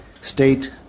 state